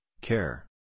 care